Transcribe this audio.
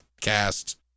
cast